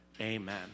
Amen